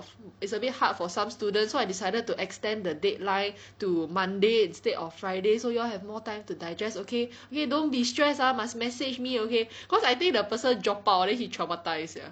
is a bit hard for some students so I decided to extend the deadline to Monday instead of Friday so y'all have more time to digest okay okay don't be stress ah must message me okay cause I think the person drop out ah then he traumatise sia